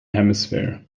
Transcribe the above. hemisphere